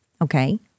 okay